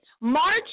March